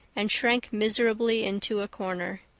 and shrank miserably into a corner.